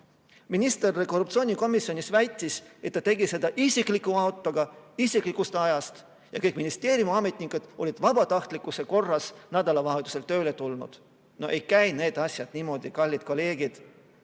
Minister korruptsioonikomisjonis väitis, et ta tegi seda isikliku autoga isiklikust ajast ja et kõik ministeeriumi ametnikud olid vabatahtlikkuse korras nädalavahetusel tööle tulnud. No ei käi need asjad niimoodi, kallid kolleegid.